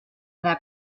their